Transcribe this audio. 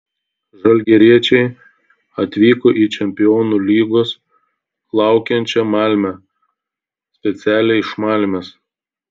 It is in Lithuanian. žalgiriečiai atvyko į čempionų lygos laukiančią malmę specialiai iš malmės